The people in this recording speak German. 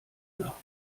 lügner